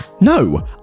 No